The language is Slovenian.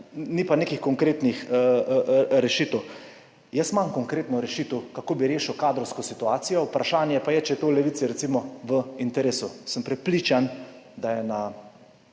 ni pa nekih konkretnih rešitev. Jaz imam konkretno rešitev, kako bi rešil kadrovsko situacijo, vprašanje pa je, če je to v Levici recimo v interesu. Sem prepričan, da je na